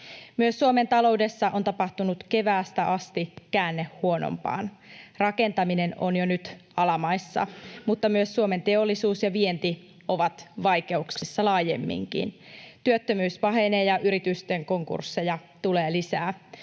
Myös Suomen taloudessa on tapahtunut keväästä asti käänne huonompaan. Rakentaminen on jo nyt alamaissa, mutta myös Suomen teollisuus ja vienti ovat vaikeuksissa laajemminkin. Työttömyys pahenee, ja yritysten konkursseja tulee lisää.